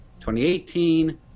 2018